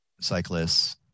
cyclists